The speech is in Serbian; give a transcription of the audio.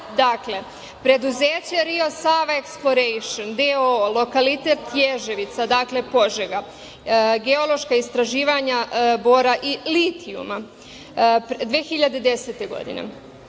Dakle, preduzeće "Rio Sava eksplorejšen doo", lokalitet Ježevica, dakle, Požega, geološka istraživanja bora i litijuma 2010. godine.